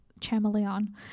chameleon